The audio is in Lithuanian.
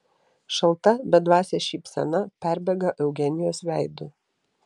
šalta bedvasė šypsena perbėga eugenijos veidu